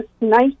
nice